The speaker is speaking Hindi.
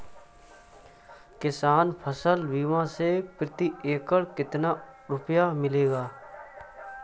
किसान फसल बीमा से प्रति एकड़ कितना रुपया मिलेगा?